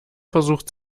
versucht